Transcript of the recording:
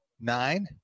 nine